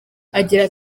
agira